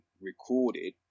recorded